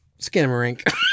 Scammerink